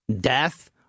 death